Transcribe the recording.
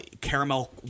caramel